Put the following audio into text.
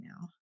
now